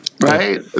right